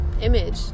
image